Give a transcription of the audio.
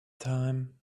time